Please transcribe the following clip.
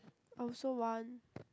I also want